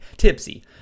tipsy